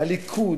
"הליכוד",